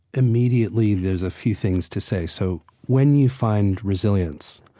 immediately there's a few things to say. so when you find resilience,